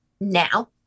now